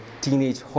teenage